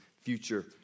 future